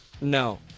No